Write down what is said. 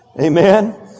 Amen